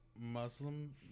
Muslim